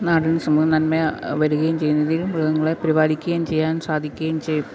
നാടിനും സമൂഹം നന്മ വരുകയും ചെയ്യുന്നെങ്കിൽ മൃഗങ്ങളെ പരിപാലിക്കുകയും ചെയ്യാൻ സാധിക്കുകയും ചെയ്യും